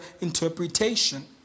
interpretation